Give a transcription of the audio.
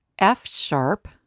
F-sharp